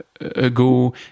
ago